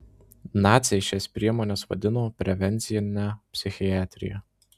naciai šias priemones vadino prevencine psichiatrija